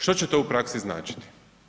Što će to u praksi značiti?